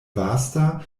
vasta